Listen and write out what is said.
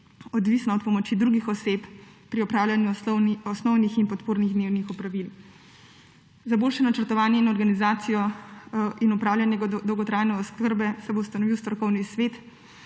odvisna od pomoči drugih oseb pri opravljanju osnovnih in podpornih dnevnih opravil. Za boljše načrtovanje in organizacijo in opravljanje dolgotrajne oskrbe se bo ustanovil strokovni svet